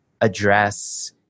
address